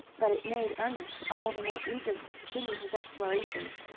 but it made ernest all the more eager to continue his explorations.